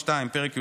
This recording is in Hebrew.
פרק י"ד,